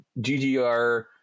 GGR